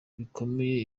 bikomeye